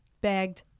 Begged